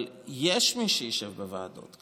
אבל יש מי שיישב בוועדות.